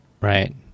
Right